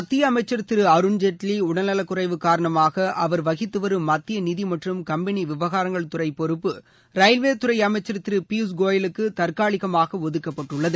மத்தியஅமைச்சர திரு அருண் ஜேட்லி உடல் நலக்குறைவு காரணமாக அவர் வகித்து வரும் மத்திய நிதி மற்றும் கம்பெளி விவகாரத்துறை பொறுப்பு ரயில்வே துறை அமைச்சர் திரு பியூஸ்கோயலுக்கு தற்காலிகமாக ஒதுக்கப்பட்டுள்ளது